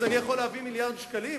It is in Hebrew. אז אני יכול להביא 5 מיליארדי שקלים?